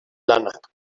lanak